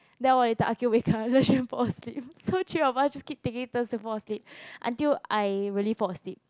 then a while later Akeel wake up then Le Chuan fall asleep so three of us just taking turns fall asleep until I really fall asleep